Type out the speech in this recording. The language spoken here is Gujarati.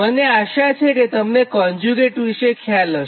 મને આશા છે કે તમને કોન્જ્યુગેટ વિષે ખ્યાલ હશે